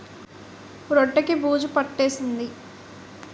రొట్టె కి బూజు పట్టేసింది